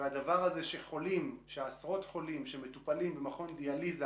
אבל זה שעשרות חולים שמטופלים במכון דיאליזה